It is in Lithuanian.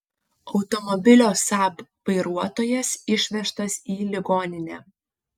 automobilio saab vairuotojas išvežtas į ligoninę